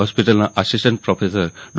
હોસ્પિટલના assistant professor ડો